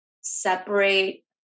separate